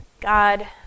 God